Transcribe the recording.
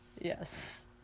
Yes